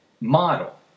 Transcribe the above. model